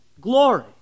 glory